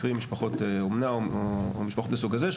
קרי משפחות אומנה או משפחות מהסוג הזה.